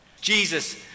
Jesus